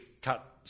cut